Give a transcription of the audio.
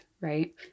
right